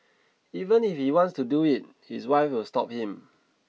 even if he wants to do it his wife will stop him